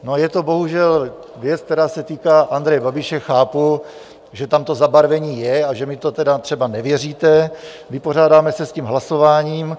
No, je to bohužel věc, která se týká Andreje Babiše, chápu, že tam to zabarvení je a že mi to třeba nevěříte, vypořádáte se s tím hlasováním.